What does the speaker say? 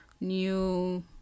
new